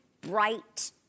bright